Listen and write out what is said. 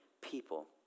people